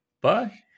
Bye